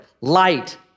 light